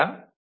புரிந்ததா